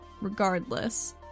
Regardless